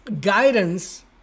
guidance